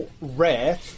rare